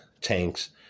tanks